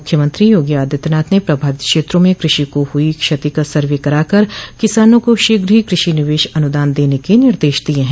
मुख्यमंत्री योगी आदित्यनाथ ने प्रभावित क्षेत्रों में कृषि को हुई क्षति का सर्वे कराकर किसानों को शीघ्र ही कृषि निवेश अनुदान देन के निर्देश दिये हैं